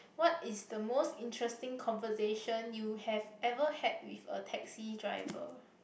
what is the most interesting conversation you have ever had with a taxi driver